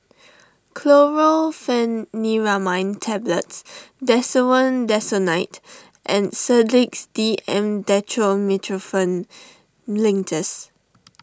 Chlorpheniramine Tablets Desowen Desonide and Sedilix D M Dextromethorphan Linctus